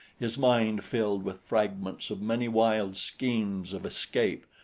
his mind filled with fragments of many wild schemes of escape,